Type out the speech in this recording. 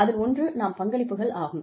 அதில் ஒன்று நாம் பங்களிப்புகள் ஆகும்